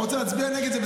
אתה רוצה להצביע נגד זה,